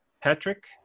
Patrick